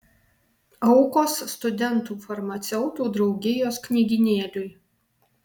aukos studentų farmaceutų draugijos knygynėliui